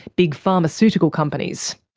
big pharmaceutical companies.